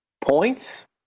points